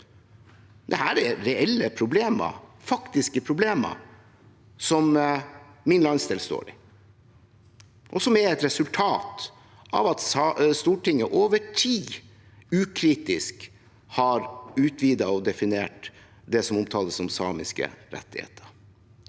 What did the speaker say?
Dette er reelle problemer, faktiske problemer, som min landsdel står i, og som er et resultat av at Stortinget over tid ukritisk har utvidet og definert det som omtales som samiske rettigheter.